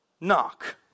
knock